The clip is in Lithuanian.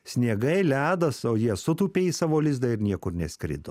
sniegai ledas o jie sutūpė į savo lizdą ir niekur neskrido